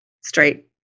straight